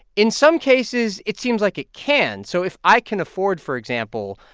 in some cases, it seems like it can. so if i can afford, for example,